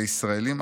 הישראלים,